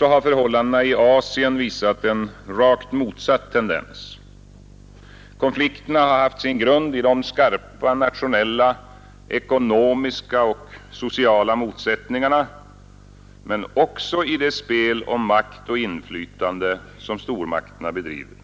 har förhållandena i Asien visat en rakt motsatt tendens. Konflikterna har haft sin grund i de skarpa nationella ekonomiska och sociala motsättningarna men också i det spel om makt och inflytande, som stormakterna bedriver.